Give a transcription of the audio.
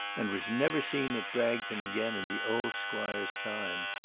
and was never seen at bragton again in the old squire's time.